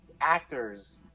actors